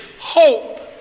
hope